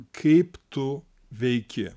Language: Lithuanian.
kaip tu veiki